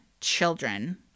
children